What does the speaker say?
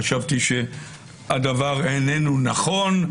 חשבתי שהדבר איננו נכון.